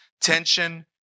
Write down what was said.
tension